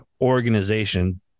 organization